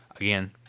again